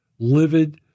Livid